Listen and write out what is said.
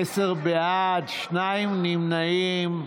עשרה בעד, שניים נמנעים.